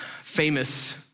famous